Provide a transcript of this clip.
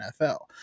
NFL